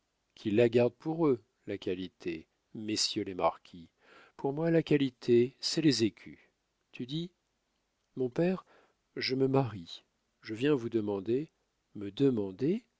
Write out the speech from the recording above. qu'ils la gardent pour eux la qualité messieurs les marquis pour moi la qualité c'est les écus tu dis mon père je me marie je viens vous demander me demander